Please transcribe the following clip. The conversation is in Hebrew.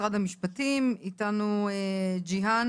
איתנו ג'יהאן